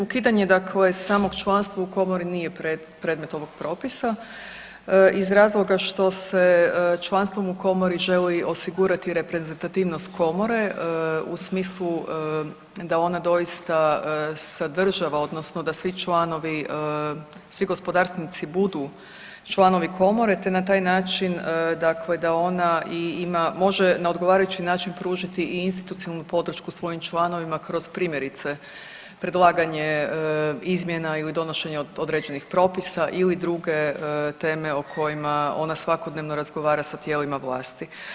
Ukidanje samog članstva u komori nije predmet ovog propisa iz razloga što se članstvom u komori želi osigurati reprezentativnost komore u smislu da ona doista sadržava odnosno da svi članovi, svi gospodarstvenici budu članovi komore te na taj način da ona i ima, može na odgovarajući način pružiti i institucionalnu podršku svojim članovima kroz primjerice predlaganje izmjena ili donošenje određenih propisa ili druge teme o kojima ona svakodnevno razgovara sa tijelima vlasti.